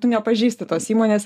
tu nepažįsti tos įmonės